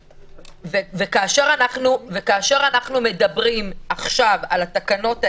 כאשר אנחנו מדברים עכשיו על התקנות האלה,